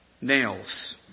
nails